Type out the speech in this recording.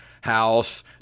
house